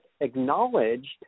acknowledged